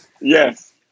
Yes